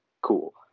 cool